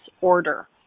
order